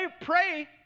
pray